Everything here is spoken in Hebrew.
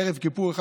בערב כיפור אחד,